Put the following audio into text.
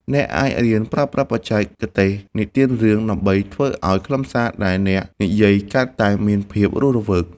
អ្នកអាចរៀនប្រើប្រាស់បច្ចេកទេសនិទានរឿង ដើម្បីធ្វើឱ្យខ្លឹមសារដែលអ្នកនិយាយកាន់តែមានភាពរស់រវើក។